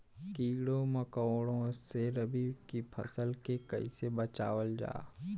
कीड़ों मकोड़ों से रबी की फसल के कइसे बचावल जा?